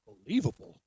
Unbelievable